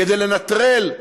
כדי לנטרל,